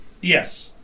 Yes